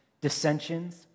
dissensions